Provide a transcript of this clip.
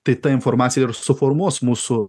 tai ta informacija ir suformuos mūsų